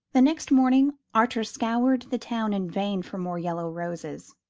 the next morning archer scoured the town in vain for more yellow roses.